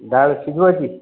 डाळ शिजवायची